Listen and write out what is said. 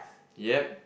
ya